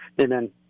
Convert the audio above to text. Amen